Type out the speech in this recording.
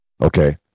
okay